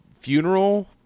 funeral